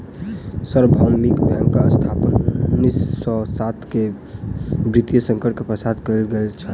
सार्वभौमिक बैंकक स्थापना उन्नीस सौ सात के वित्तीय संकट के पश्चात कयल गेल छल